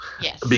Yes